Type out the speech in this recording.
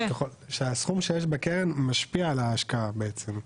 שהסכום שיש בקרן זה משפיע על ההשקעה בעצם.